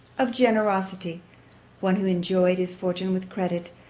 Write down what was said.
of generosity one who enjoyed his fortune with credit,